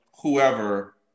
whoever